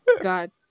God